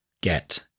get